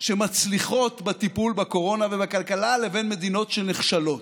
שמצליחות בטיפול בקורונה ובכלכלה לבין מדינות שנכשלות,